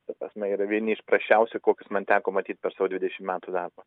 ta prasme yra vieni iš prasčiausių kokius man teko matyt per savo dvidešim metų darbo